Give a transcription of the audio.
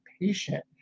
patient